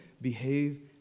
behave